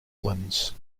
islands